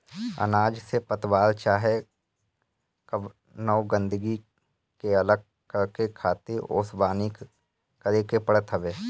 अनाज से पतवार चाहे कवनो गंदगी के अलग करके खातिर ओसवनी करे के पड़त हवे